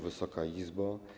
Wysoka Izbo!